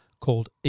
called